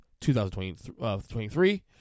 2023